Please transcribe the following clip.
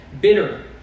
Bitter